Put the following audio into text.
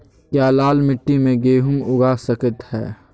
क्या लाल मिट्टी में गेंहु उगा स्केट है?